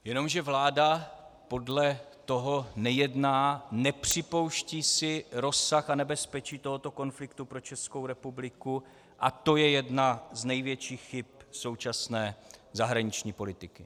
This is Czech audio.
Jenomže vláda podle toho nejedná, nepřipouští si rozsah a nebezpečí tohoto konfliktu pro Českou republiku a to je jedna z největších chyb současné zahraniční politiky.